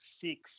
six